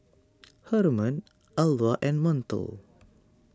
Hermon Alva and Montel